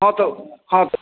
हँ तब हँ